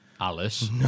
Alice